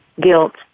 guilt